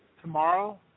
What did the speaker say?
tomorrow